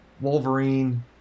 Wolverine